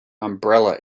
umbrella